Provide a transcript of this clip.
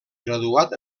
graduat